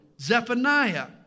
Zephaniah